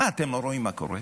מה, אתם לא רואים מה קורה?